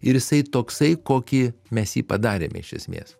ir jisai toksai kokį mes jį padarėme iš esmės